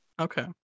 Okay